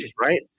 right